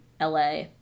LA